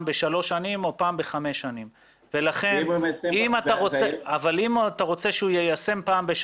בשלוש שנים או פעם בחמש שנים אבל אם אתה רוצה שהוא יישם פעם בשנה,